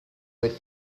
with